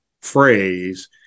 phrase